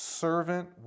servant